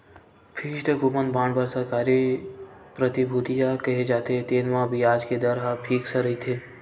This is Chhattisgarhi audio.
फिक्सड कूपन बांड बर सरकारी प्रतिभूतिया केहे जाथे, तेन म बियाज के दर ह फिक्स रहिथे